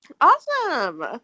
Awesome